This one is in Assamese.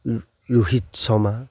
ৰোহিত শৰ্মা